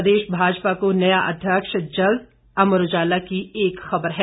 प्रदेश भाजपा को नया अध्यक्ष जल्द अमर उजाला की एक खबर है